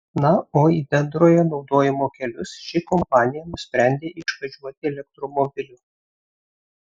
na o į bendrojo naudojimo kelius ši kompanija nusprendė išvažiuoti elektromobiliu